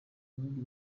bihugu